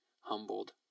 humbled